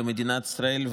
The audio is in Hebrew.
למדינת ישראל,